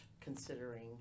considering